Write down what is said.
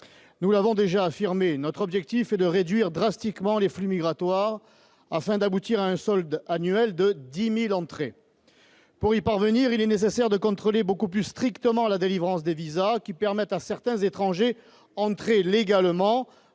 Nous l'avons déjà affirmé, notre objectif est de réduire drastiquement les flux migratoires afin d'aboutir à un solde annuel de 10 000 entrées. Pour y parvenir, il est nécessaire de contrôler beaucoup plus strictement la délivrance des visas, lesquels permettent à certains étrangers entrés légalement